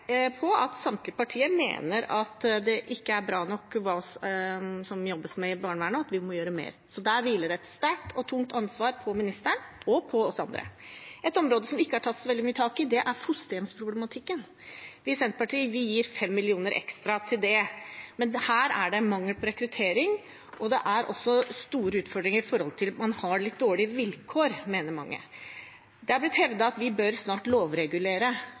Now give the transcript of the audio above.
på hvorvidt han følger opp anmodningsvedtaket om å prioritere ideelle framfor kommersielle aktører i barnevernet. Når det er sagt, har vi i dag i dette replikkordskiftet fått tydeliggjort at samtlige partier mener at det som det jobbes med i barnevernet, ikke er bra nok, og at vi må gjøre mer. Der hviler det et sterkt og tungt ansvar på ministeren og på oss andre. Et område som det ikke er tatt så veldig mye tak i, er fosterhjemsproblematikken. Vi i Senterpartiet gir 5 mill. kr ekstra til det. Men her er det mangel på rekruttering, og det er også store utfordringer med at man har